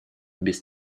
без